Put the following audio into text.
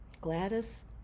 Gladys